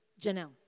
Janelle